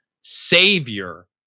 savior